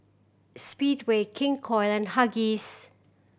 Speedway King Koil and Huggies